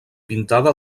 pintada